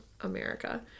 America